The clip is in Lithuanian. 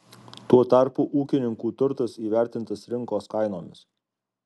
tuo tarpu ūkininkų turtas įvertintas rinkos kainomis